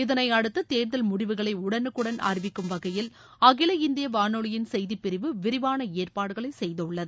இதனையடுத்து தேர்தல் முடிவுகளை உடனுக்குடன் அறிவிக்கும் வகையில் அகில இந்திய வானொலியின் செய்திப்பிரிவு விரிவான ஏற்பாடுகளை செய்துள்ளது